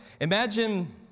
Imagine